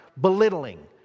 belittling